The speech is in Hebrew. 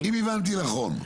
אם הבנתי נכון.